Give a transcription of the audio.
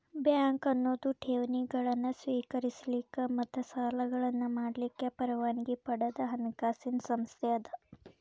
bank ಅನ್ನೊದು ಠೇವಣಿಗಳನ್ನ ಸ್ವೇಕರಿಸಲಿಕ್ಕ ಮತ್ತ ಸಾಲಗಳನ್ನ ಮಾಡಲಿಕ್ಕೆ ಪರವಾನಗಿ ಪಡದ ಹಣಕಾಸಿನ್ ಸಂಸ್ಥೆ ಅದ